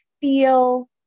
feel